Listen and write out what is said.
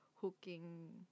hooking